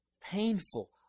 painful